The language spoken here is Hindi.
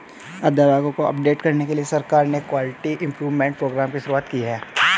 अध्यापकों को अपडेट करने के लिए सरकार ने क्वालिटी इम्प्रूव्मन्ट प्रोग्राम की शुरुआत भी की है